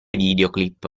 videoclip